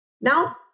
Now